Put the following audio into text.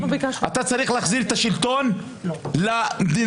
אתה צריך להחזיר את השלטון למדינה.